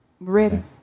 Ready